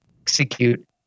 execute